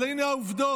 אבל הינה העובדות: